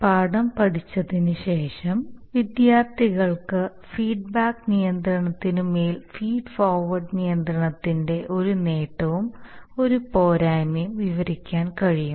പാഠം പഠിച്ചതിനുശേഷം വിദ്യാർത്ഥികൾക്ക് ഫീഡ്ബാക്ക് നിയന്ത്രണത്തിന്മേൽ ഫീഡ് ഫോർവേഡ് നിയന്ത്രണത്തിന്റെ ഒരു നേട്ടവും ഒരു പോരായ്മയും വിവരിക്കാൻ കഴിയും